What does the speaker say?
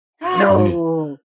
No